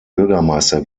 bürgermeister